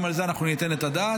גם על זה אנחנו ניתן את הדעת,